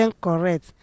correct